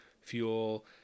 fuel